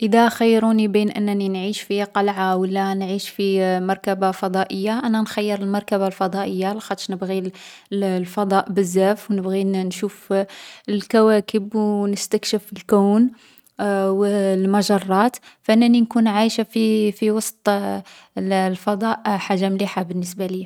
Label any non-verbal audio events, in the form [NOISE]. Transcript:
اذا خيروني بين أنني نعيش في قلعة و لا نعيش في مركبة فضائية، أنا نخيّر المركبة الفضائية لخطش نبغي الـ [HESITATION] الفضاء بزاف و نبغي نـ نشوف الكواكب او نستكشف الكون. [HESITATION] و [HESITATION] المجرّات. فانني نكون عايشة في في وسط [HESITATION] الـ الفضاء حاجة مليحة بالنسبة ليا.